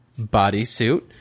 bodysuit